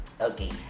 Okay